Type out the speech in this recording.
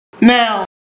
Now